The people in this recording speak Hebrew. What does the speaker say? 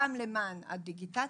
גם למען הדיגיטציה,